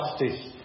justice